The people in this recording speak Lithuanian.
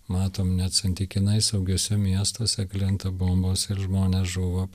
matom net santykinai saugiuose miestuose krenta bombos ir žmonės žūva